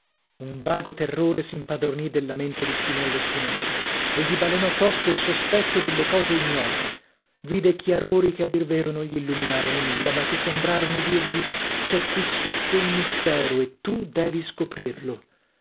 un vago terrore s'impadronì della mente di spinello spinelli e gli balenò tosto il sospetto delle cose ignote vide chiarori che a dir vero non gli illuminarono nulla ma che sembrarono dirgli c'è qui sotto un mistero e tu devi scoprirlo